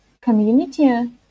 community